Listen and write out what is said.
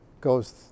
goes